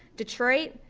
detroit,